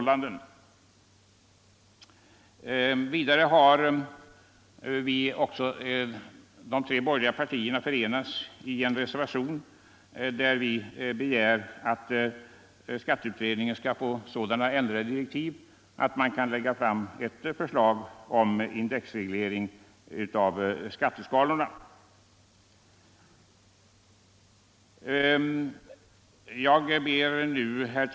Slutligen har de tre borgerliga partierna förenats i en reservation i vilken begärs att skatteutredningen skall få sådana ändrade direktiv att man kan lägga fram bättre förslag om indexreglering av skatteskalorna. Herr talman!